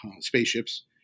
spaceships